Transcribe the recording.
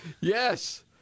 yes